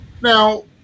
now